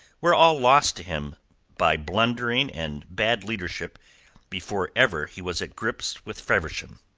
were all lost to him by blundering and bad leadership before ever he was at grips with feversham.